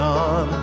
on